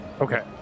okay